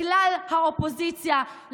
לכלל האופוזיציה,